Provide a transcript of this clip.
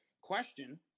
question